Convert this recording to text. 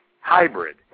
hybrid